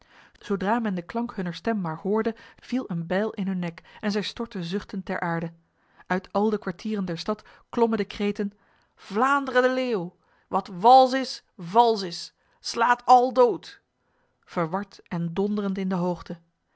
zodra men de klank hunner stem maar hoorde viel een bijl in hun nek en zij stortten zuchtend ter aarde uit al de kwartieren der stad klommen de kreten vlaanderen de leeuw wat wals is vals is slaat al dood verward en donderend in de hoogte